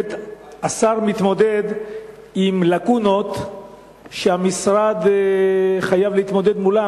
באמת השר מתמודד עם לקונות שהמשרד חייב להתמודד עמן,